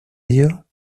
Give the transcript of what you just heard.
ello